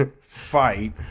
Fight